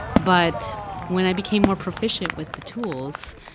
but when i became more proficient with the tools,